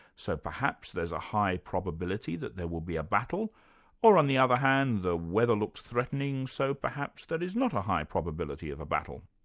so perhaps there's a high probability that there will be a battle or, on the other hand, the weather looks threatening, so perhaps there is not a high probability of a battle.